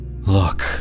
Look